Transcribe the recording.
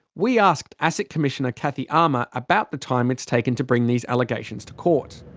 we asked asic commissioner cathie armour about the time it's taken to bring these allegations to court.